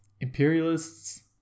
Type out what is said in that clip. imperialists